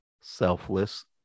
selfless